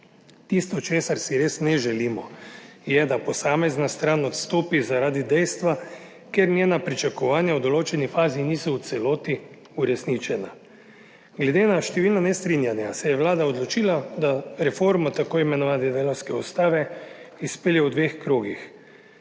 Tisto, česar si res ne želimo, je, da posamezna stran odstopi zaradi dejstva, ker njena pričakovanja v določeni fazi niso v celoti uresničena. Glede na številna nestrinjanja se je vlada odločila, da reformo tako imenovane delavske ustave izpelje v dveh krogih.